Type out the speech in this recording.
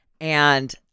and-